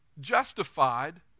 justified